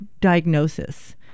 diagnosis